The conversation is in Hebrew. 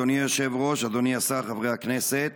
אדוני היושב-ראש, אדוני השר, חברי הכנסת,